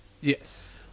Yes